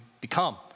become